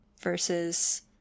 Versus